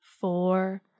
four